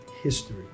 history